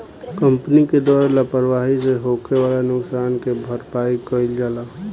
company के द्वारा लापरवाही से होखे वाला नुकसान के भरपाई कईल जाला